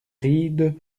ride